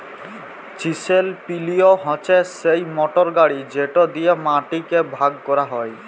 chisel plough হছে সেই motor গাড়ি যেট দিঁয়ে মাটিকে ভাগ ক্যরা হ্যয়